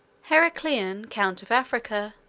heraclian, count of africa,